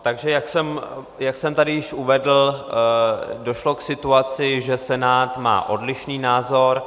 Takže jak jsem tady již uvedl, došlo k situaci, že Senát má odlišný názor.